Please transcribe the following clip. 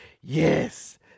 Yes